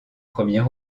premiers